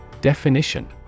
Definition